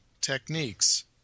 techniques